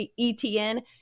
etn